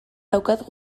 daukat